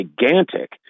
gigantic